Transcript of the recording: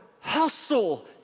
hustle